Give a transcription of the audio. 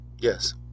yes